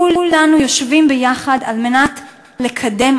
כולנו יושבים ביחד על מנת לקדם,